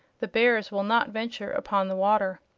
the bears will not venture upon the water.